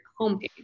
homepage